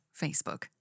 Facebook